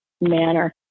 manner